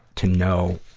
to know,